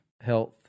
health